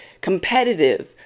competitive